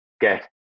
get